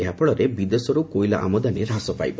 ଏହା ଫଳରେ ବିଦେଶରୁ କୋଇଲା ଆମଦାନୀ ହାସ ପାଇବ